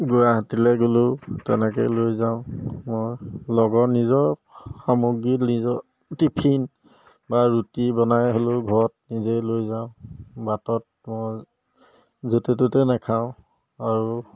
গুৱাহাটীলৈ গ'লেও তেনেকৈয়ে লৈ যাওঁ মই লগৰ নিজৰ সামগ্ৰী নিজৰ টিফিন বা ৰুটি বনাই হ'লেও ঘৰত নিজেই লৈ যাওঁ বাটত মই য'তে ত'তে নাখাওঁ আৰু